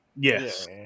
Yes